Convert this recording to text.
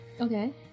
Okay